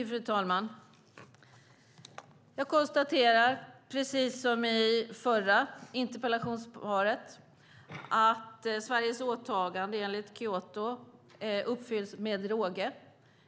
Fru talman! Jag konstaterar, precis som i det förra interpellationssvaret, att Sveriges åtagande enligt Kyotoprotokollet uppfylls med råge.